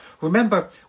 Remember